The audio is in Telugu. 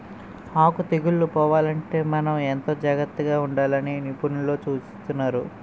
ఆకు తెగుళ్ళు పోవాలంటే మనం ఎంతో జాగ్రత్తగా ఉండాలని నిపుణులు సూచిస్తున్నారు